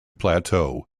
plateau